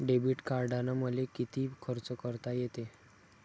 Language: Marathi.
डेबिट कार्डानं मले किती खर्च करता येते?